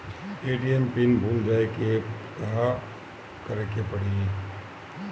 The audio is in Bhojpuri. ए.टी.एम पिन भूल जाए पे का करे के पड़ी?